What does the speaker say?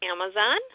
Amazon